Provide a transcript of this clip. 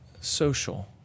Social